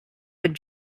would